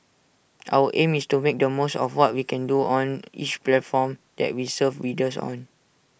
our aim is to make the most of what we can do on each platform that we serve readers on